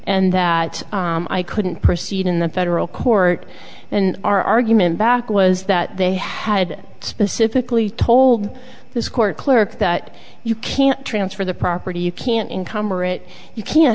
and that i couldn't proceed in the federal court and our argument back was that they had specifically told this court clerk that you can't transfer the property you can't incomer it you can't